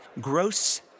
gross